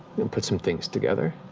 we'll put some things together.